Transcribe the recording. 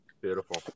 Beautiful